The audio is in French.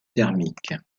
thermiques